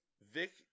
Vic